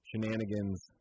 shenanigans